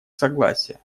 согласия